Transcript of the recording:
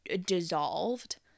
dissolved